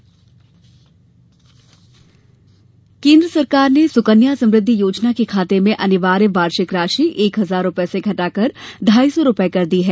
सुकन्या योजना केन्द्र सरकार ने सुकन्या समृद्धि योजना के खाते में अनिवार्य वार्षिक राशि एक हजार रूपये से घटाकर ढ़ाई सौ रूपये कर दी है